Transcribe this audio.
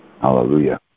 hallelujah